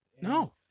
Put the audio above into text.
No